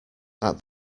that